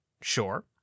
sure